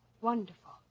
Wonderful